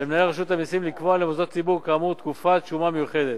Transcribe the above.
למנהל רשות המסים לקבוע למוסדות ציבור כאמור תקופת שומה מיוחדת,